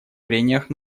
прениях